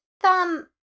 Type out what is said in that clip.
thumb